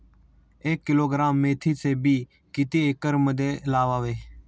एक किलोग्रॅम मेथीचे बी किती एकरमध्ये लावावे?